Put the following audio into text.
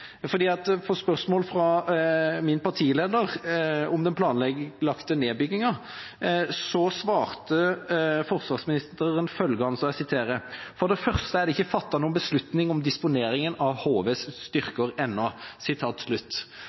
på spørsmål fra min partileder om den planlagte nedbyggingen svarte forsvarsministeren følgende: «For det første er det ikke fattet noen beslutninger om disponeringen av HVs styrker ennå.»